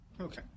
Okay